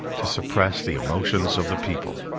to suppress the emotions of the people.